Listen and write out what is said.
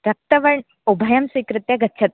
रक्तवर्णम् उभयं स्वीकृत्य गच्छतु